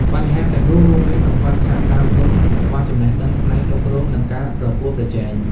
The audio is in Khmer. បញ្ហាទាំងនោះរួមមាន កង្វះខាតដើមទុន ខ្វះចំណេះដឹងផ្នែកគ្រប់គ្រង និងការប្រកួតប្រជែង។